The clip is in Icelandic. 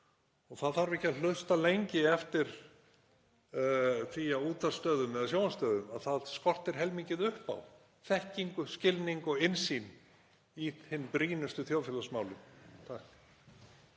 um. Það þarf ekki að hlusta lengi eftir því á útvarpsstöðvum eða sjónvarpsstöðvum að það skortir heilmikið upp á þekkingu, skilning og innsýn í hin brýnustu þjóðfélagsmál.